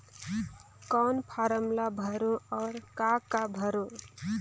कौन फारम ला भरो और काका भरो?